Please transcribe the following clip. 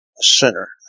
sinner